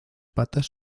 patas